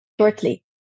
shortly